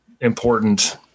important